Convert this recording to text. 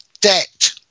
Debt